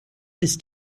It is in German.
ist